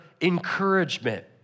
encouragement